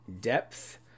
depth